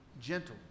gentle